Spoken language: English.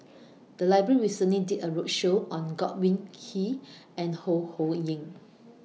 The Library recently did A roadshow on Godwin Koay and Ho Ho Ying